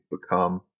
become